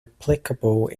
applicable